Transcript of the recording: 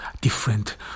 different